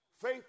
Faith